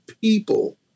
people